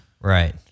right